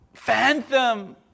Phantom